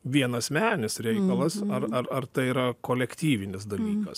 vienasmenis reikalas ar ar ar tai yra kolektyvinis dalykas